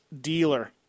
dealer